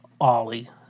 Ollie